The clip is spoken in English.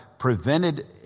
prevented